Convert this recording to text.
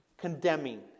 condemning